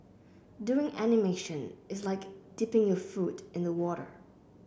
doing animation is like dipping your foot in the water